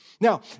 now